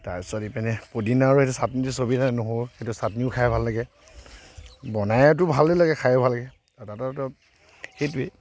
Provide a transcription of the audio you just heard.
তাৰপিছত এপিনে পদিনা আৰু সেইটো চাটনিটো চবে নহৰু সেইটো চাটনিও খাই ভাল লাগে বনায়েতো ভালে লাগে খায়ো ভাল লাগে আৰু সেইটোৱেই